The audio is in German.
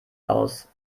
aus